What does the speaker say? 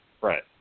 Right